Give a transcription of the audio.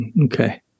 okay